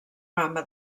gamma